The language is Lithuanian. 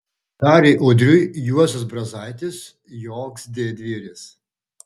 dariui udriui juozas brazaitis joks didvyris